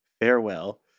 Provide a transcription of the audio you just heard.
Farewell